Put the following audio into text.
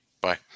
Bye